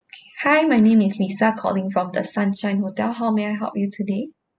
okay hi my name is lisa calling from the sunshine hotel how may I help you today